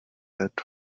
that